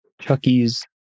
Chucky's